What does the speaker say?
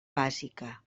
bàsica